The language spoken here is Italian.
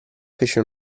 fece